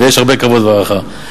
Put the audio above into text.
ויש הרבה כבוד והערכה.